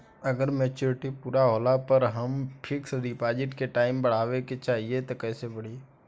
अगर मेचूरिटि पूरा होला पर हम फिक्स डिपॉज़िट के टाइम बढ़ावे के चाहिए त कैसे बढ़ी?